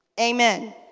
Amen